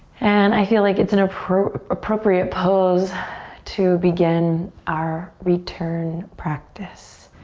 and i feel like it's an appropriate appropriate pose to begin our return practice.